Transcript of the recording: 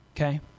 okay